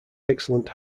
excellent